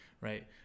right